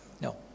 no